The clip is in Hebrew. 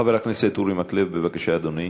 חבר הכנסת אורי מקלב, בבקשה, אדוני.